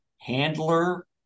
Handler